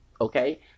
Okay